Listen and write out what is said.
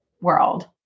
world